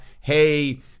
hey